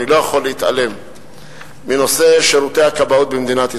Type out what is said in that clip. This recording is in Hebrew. אני לא יכול להתעלם מנושא שירותי הכבאות במדינת ישראל.